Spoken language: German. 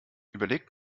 überlegt